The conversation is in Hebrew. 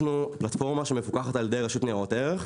שבעצם אנחנו מגייסים כספים לסטארט-אפים.